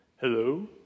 Hello